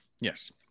Yes